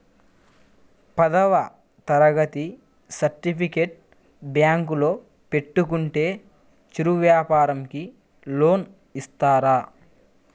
పదవ తరగతి సర్టిఫికేట్ బ్యాంకులో పెట్టుకుంటే చిరు వ్యాపారంకి లోన్ ఇస్తారా?